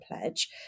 Pledge